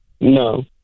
No